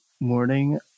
morning